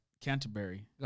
Canterbury